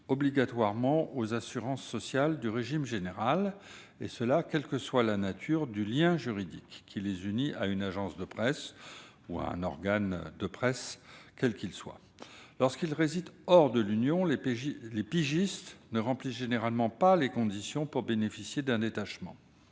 obligatoirement aux assurances sociales du régime général, quelle que soit la nature du lien juridique qui les unit à une agence de presse ou à quelque organe de presse que ce soit. Lorsqu'ils résident hors de l'Union, les pigistes ne remplissent généralement pas les conditions permettant de bénéficier d'un détachement.